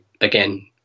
again